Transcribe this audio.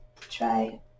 try